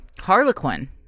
Harlequin